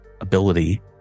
ability